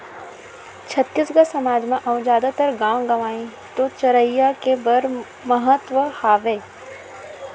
छत्तीसगढ़ी समाज म अउ जादातर गॉंव गँवई तो चरिहा के बड़ महत्ता हावय